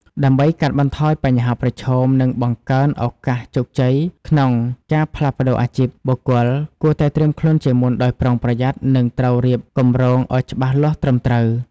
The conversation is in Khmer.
ដើម្បីកាត់បន្ថយបញ្ហាប្រឈម និងបង្កើនឱកាសជោគជ័យក្នុងការផ្លាស់ប្តូរអាជីព បុគ្គលគួរតែត្រៀមខ្លួនជាមុនដោយប្រុងប្រយ័ត្ន និងត្រូវរៀបគំរងឲ្យច្បាស់លាស់ត្រឹមត្រូវ។